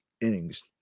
innings